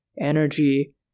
energy